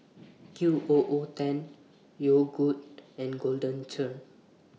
Q O O ten Yogood and Golden Churn